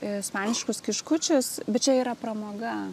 ispaniškus kiškučius bet čia yra pramoga